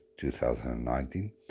2019